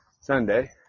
Sunday